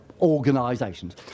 organisations